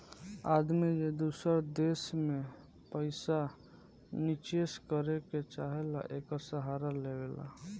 आदमी जे दूसर देश मे पइसा निचेस करे के चाहेला, एकर सहारा लेवला